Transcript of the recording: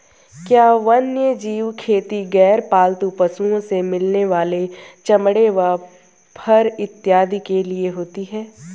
क्या वन्यजीव खेती गैर पालतू पशुओं से मिलने वाले चमड़े व फर इत्यादि के लिए होती हैं?